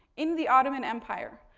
in the ottoman empire.